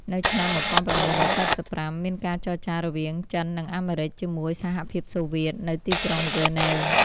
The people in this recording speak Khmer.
នៅឆ្នាំ ១៩៨៥ មានការចរចារវាង ចិន និងអាមេរិច ជាមួយសហភាពសូវៀត នៅទីក្រុងហ្សឺណែវ។